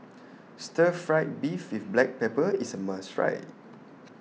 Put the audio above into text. Stir Fried Beef with Black Pepper IS A must Try